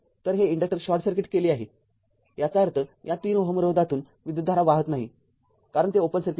तर हे inductor short circuit केले आहे याचा अर्थया ३ ओहम रोधातून विद्युतधारा वाहत नाही कारण ते ओपन सर्किट आहे